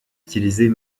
utilisées